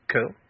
Cool